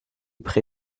pré